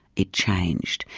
it changed.